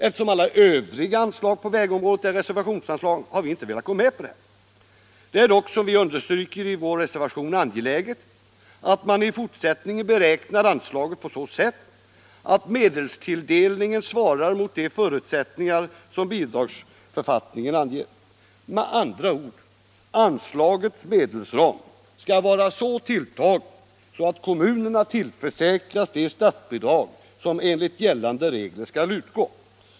Eftersom alla övriga anslag på vägområdet är reservationsanslag har vi inte velat gå med på detta. Det är dock, som vi uttrycker det i vår reservation, angeläget att man i fortsättningen beräknar anslaget på så sätt att medelstilldelningen svarar mot de förutsättningar som bidragsförfattningen anger. Anslagets medelsram skall med andra ord vara tilltagen så, att kommunerna försäkras de statsbidrag som enligt gällande regler skall utgå.